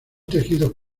tejidos